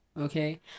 okay